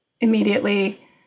immediately